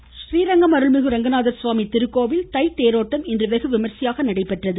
கோவில் றீரங்கம் அருள்மிகு அரங்கநாத கவாமி திருக்கோவில் தை தேரோட்டம் இன்று வெகுவிமரிசையாக நடைபெற்றது